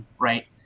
right